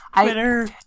Twitter